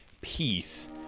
peace